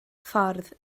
ffordd